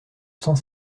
cent